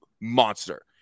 monster